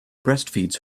breastfeeds